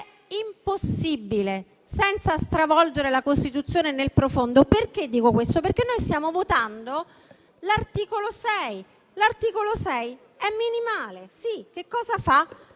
è impossibile senza stravolgere la Costituzione nel profondo. Perché dico questo? Perché noi stiamo votando l'articolo 6, che è minimale. Cosa fa